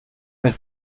mit